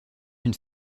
une